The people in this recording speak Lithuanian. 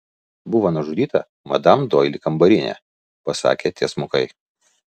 buvo nužudyta madam doili kambarinė pasakė tiesmukai